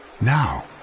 Now